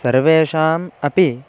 सर्वेषाम् अपि